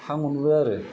हां मोनबोबाय आरो